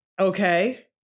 Okay